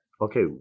Okay